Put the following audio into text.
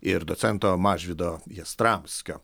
ir docento mažvydo jastramskio